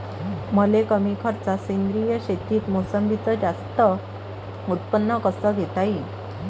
मले कमी खर्चात सेंद्रीय शेतीत मोसंबीचं जास्त उत्पन्न कस घेता येईन?